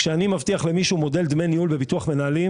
כשאני מבטיח למישהו מודל דמי ניהול בביטוח מנהלים